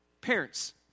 Parents